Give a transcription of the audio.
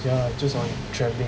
ya just on travelling